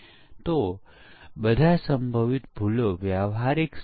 તેથી આપણી પાસે ઘણી પરીક્ષણ વ્યૂહરચના હશે